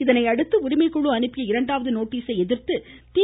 இதனையடுத்து உரிமைக்குழு அனுப்பிய இரண்டாவது நோட்டீஸை எதிர்த்து தி